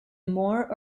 more